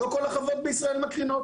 לא כל החברות בישראל מקרינות.